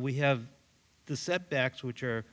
we have the set backs which are